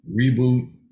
reboot